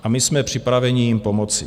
A my jsme připraveni jim pomoci.